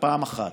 אחת.